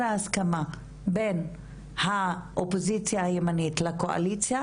ההסכמה בין האופוזיציה הימנית לקואליציה,